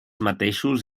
mateixos